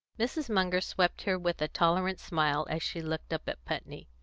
mrs. munger swept her with a tolerant smile as she looked up at putney.